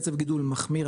קצב גידול מחמיר,